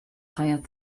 tired